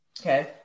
Okay